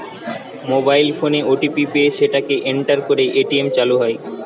mobile ফোনে OTP পেয়ে সেটাকে এন্টার করে এ.টি.এম চালু হয়